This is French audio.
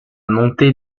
montée